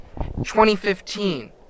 2015